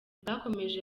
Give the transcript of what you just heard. bwakomeje